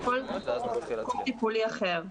כמו כל טיפול אחר.